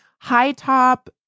high-top